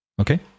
okay